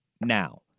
now